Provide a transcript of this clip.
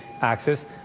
access